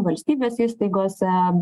valstybės įstaigose